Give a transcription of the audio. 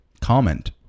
comment